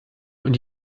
und